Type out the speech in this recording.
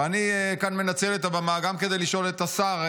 ואני מנצל את הבמה כאן גם כדי לשאול את השר,